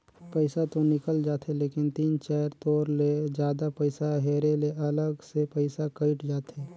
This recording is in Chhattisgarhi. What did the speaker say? पइसा तो निकल जाथे लेकिन तीन चाएर तोर ले जादा पइसा हेरे ले अलग से पइसा कइट जाथे